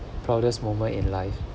proudest moment in life